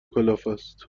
کلافست